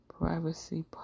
privacy